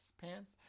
pants